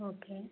okay